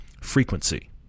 frequency